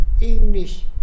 English